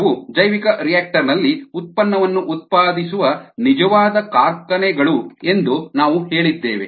ಕೋಶವು ಜೈವಿಕರಿಯಾಕ್ಟರ್ ನಲ್ಲಿ ಉತ್ಪನ್ನವನ್ನು ಉತ್ಪಾದಿಸುವ ನಿಜವಾದ ಕಾರ್ಖಾನೆಗಳು ಎಂದು ನಾವು ಹೇಳಿದ್ದೇವೆ